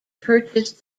purchased